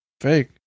fake